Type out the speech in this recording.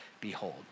behold